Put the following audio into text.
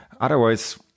otherwise